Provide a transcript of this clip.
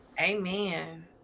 amen